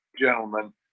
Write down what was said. gentlemen